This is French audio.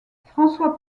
françois